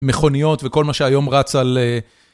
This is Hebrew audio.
מכוניות וכל מה שהיום רץ על...